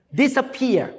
disappear